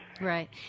Right